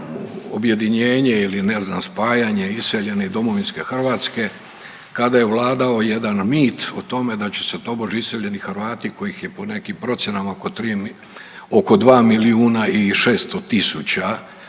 objedinjenje ili ne znam, spajanje iseljene domovinske Hrvatske kada je vladao jedan mit o tome da će tobože iseljeni Hrvati kojih je po nekim procjenama oko 3 .../nerazumljivo/...